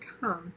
come